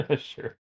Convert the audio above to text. Sure